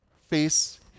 face